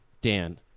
dan